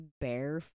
bare